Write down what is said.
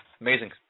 amazing